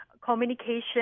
communication